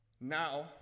Now